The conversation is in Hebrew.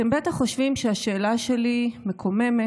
אתם בטח חושבים שהשאלה שלי מקוממת,